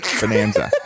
bonanza